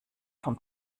vom